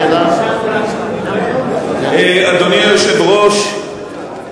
אדוני היושב-ראש,